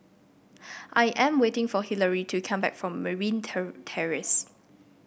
I am waiting for Hillary to come back from Merryn Terrace